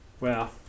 Wow